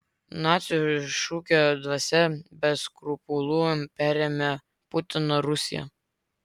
nacių šūkio dvasią be skrupulų perėmė putino rusija